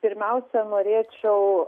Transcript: pirmiausia norėčiau